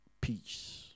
Peace